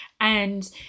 And-